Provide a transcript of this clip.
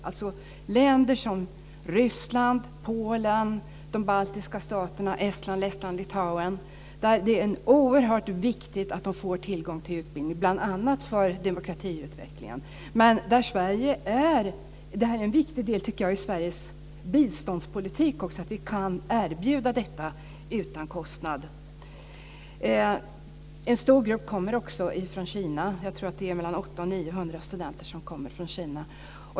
Det är länder som Ryssland, Polen, de baltiska staterna Estland, Lettland och Litauen. Det är oerhört viktigt att de får tillgång till utbildning, bl.a. för demokratiutvecklingen. Det är en viktig del i Sveriges biståndspolitik, dvs. att vi kan erbjuda detta utan kostnad. En stor grupp kommer också från Kina. Jag tror att det är 800-900 studenter som kommer från Kina.